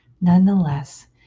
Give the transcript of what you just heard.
Nonetheless